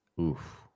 Oof